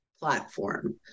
platform